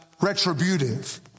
retributive